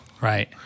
Right